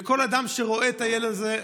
וכל אדם שרואה את הילד הזה,